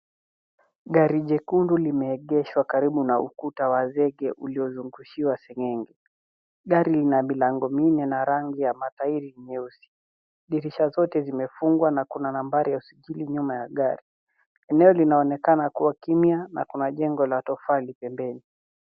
Gari jekundiu limeegeshwa karibu na ukuta wa zege uliozungushiwa seng'enge. Gari ina milango minne na rangi ya matairi ni nyeusi. Dirisha zote zimefungwa na kuna nambari ya usajili nyuma ya gari. Eneo linaonekiana kuwa kimya na kuna jengo la tofali pembeni.